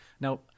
now